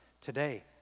today